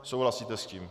Souhlasíte s tím?